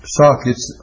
sockets